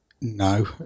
no